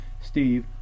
steve